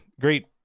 Great